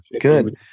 good